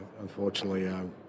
unfortunately